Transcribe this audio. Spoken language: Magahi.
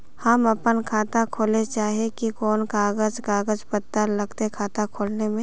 हम अपन खाता खोले चाहे ही कोन कागज कागज पत्तार लगते खाता खोले में?